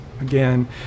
again